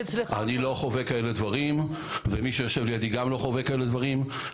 אני לא חווה כאלה דברים ומי שיושב לידי גם לא חווה כאלה דברים.